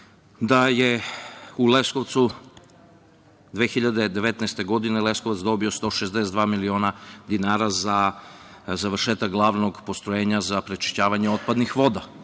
da je u Leskovcu 2019. godine Leskovac dobio 162 miliona dinara za završetak glavnog postrojenja za prečišćavanje otpadnih voda